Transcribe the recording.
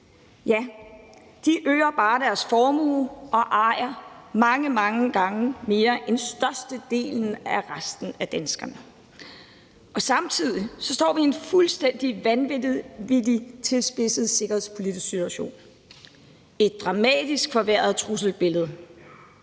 1 pct. øger bare deres formue og ejer mange, mange gange mere end størstedelen af resten af danskerne. Samtidig står vi i en fuldstændig vanvittig tilspidset sikkerhedspolitisk situation og med et dramatisk forværret trusselsbillede.